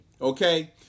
Okay